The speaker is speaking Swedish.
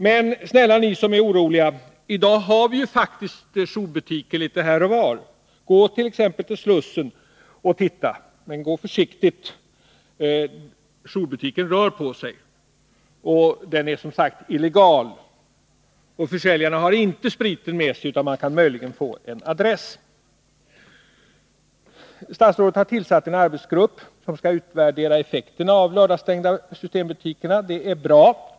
Men snälla ni som är oroliga, i dag har vi faktiskt jourbutiker litet här och var. till Slussen och titta — men gå försiktigt, för jourbutiken rör på sig. Den är som sagt illegal, och försäljarna har inte spriten med sig, utan man kan möjligen få en adress. Statsrådet har tillsatt en arbetsgrupp som skall utvärdera effekterna av lördagsstängningen av systembutikerna. Det är bra.